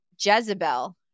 Jezebel